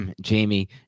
Jamie